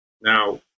now